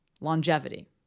longevity